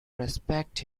respect